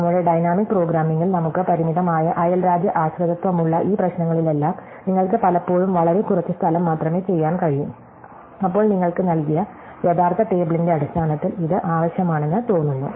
നമ്മുടെ ഡൈനാമിക് പ്രോഗ്രാമിംഗിൽ നമുക്ക് പരിമിതമായ അയൽരാജ്യ ആശ്രിതത്വമുള്ള ഈ പ്രശ്നങ്ങളിലെല്ലാം നിങ്ങൾക്ക് പലപ്പോഴും വളരെ കുറച്ച് സ്ഥലം മാത്രമേ ചെയ്യാൻ കഴിയൂ അപ്പോൾ നിങ്ങൾക്ക് നൽകിയ യഥാർത്ഥ ടേബിളിന്റെ അടിസ്ഥാനത്തിൽ ഇത് ആവശ്യമാണെന്ന് തോന്നുന്നു